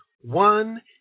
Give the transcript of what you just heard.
one